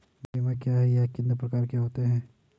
बीमा क्या है यह कितने प्रकार के होते हैं?